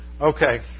Okay